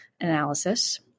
analysis